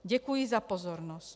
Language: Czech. Děkuji za pozornost.